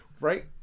Right